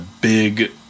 big